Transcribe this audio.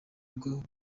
bwo